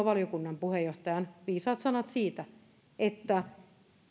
valiokunnan puheenjohtajan viisaat sanat siitä että